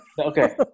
Okay